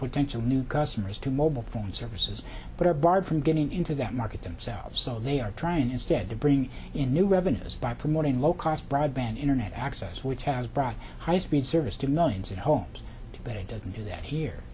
potential new customers to mobile phone services but are barred from getting into that market themselves so they are trying instead to bring in new revenues by promoting low cost broadband internet access which has brought high speed service to nuns and homes but it doesn't do that here